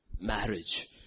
marriage